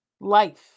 life